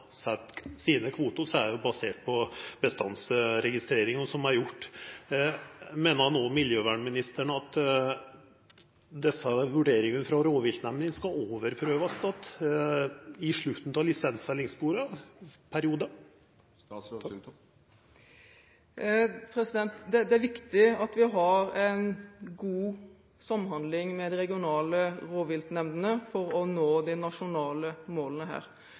set sine kvotar, er dei baserte på bestandsregistreringa som er gjort. Meiner klima- og miljøministeren at desse vurderingane frå rovviltnemndene skal overprøvast igjen i slutten av lisensfellingsperioden? Det er viktig at vi har en god samhandling med de regionale rovviltnemndene for å nå de nasjonale målene her.